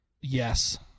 Yes